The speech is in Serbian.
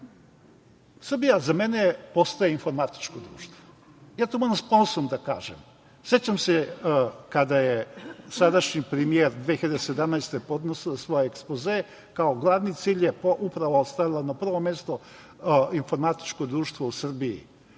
dobio. Srbija za mene postaje informatičko društvo, ja to moram s ponosom da kažem. Sećam se kada je sadašnji premijer 2017. godine podnosila svoj ekspoze, kao glavni cilj je stavila upravo na prvo mesto informatičko društvo u Srbiji.